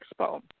expo